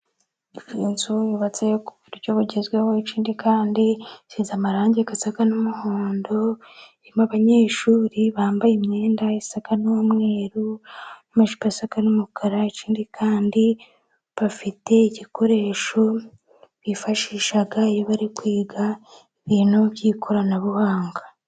Inzu yubatse ku buryo bugezweho, ikindi kandi isize amarangi asa n'umuhondo, irimo abanyeshuri bambaye imyenda isa n'umweru amajopo asa n'umukara, ikindi kandi bafite igikoresho bifashisha bari kwiga ibintu by'ikoranabuhanga.